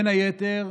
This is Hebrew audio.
ובין היתר,